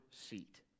seat